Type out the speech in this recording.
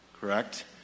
correct